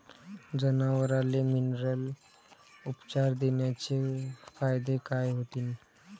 जनावराले मिनरल उपचार देण्याचे फायदे काय होतीन?